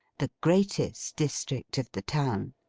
the greatest district of the town.